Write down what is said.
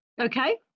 Okay